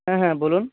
হ্যাঁ হ্যাঁ বলুন